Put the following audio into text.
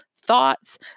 thoughts